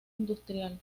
industrial